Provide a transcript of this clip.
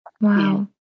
wow